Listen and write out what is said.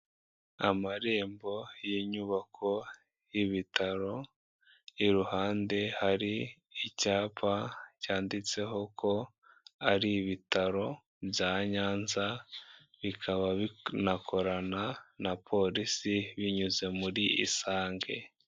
Amarembo y'inyubako y'ibitaro, iruhande hari icyapa cyanditseho ko ari ibitaro bya Nyanza, bikaba binakorana na polisi binyuze muri isange.